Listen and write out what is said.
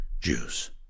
Jews